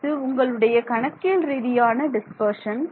இது உங்களுடைய கணக்கியல் ரீதியான டிஸ்பர்ஷன்